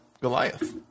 Goliath